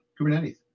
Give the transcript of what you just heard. Kubernetes